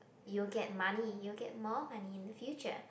you get money you get more money in the future